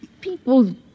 People